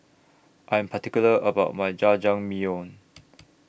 I'm particular about My Jajangmyeon